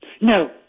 No